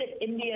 India